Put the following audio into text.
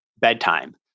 bedtime